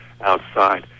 outside